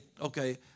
okay